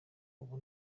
ubu